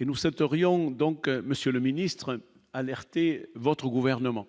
nous cet Orient donc monsieur le ministre alerter votre gouvernement